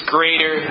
Greater